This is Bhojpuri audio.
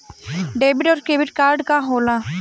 डेबिट और क्रेडिट कार्ड का होला?